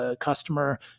customer